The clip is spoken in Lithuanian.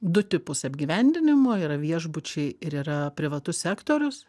du tipus apgyvendinimo yra viešbučiai ir yra privatus sektorius